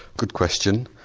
good question.